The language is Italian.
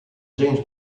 james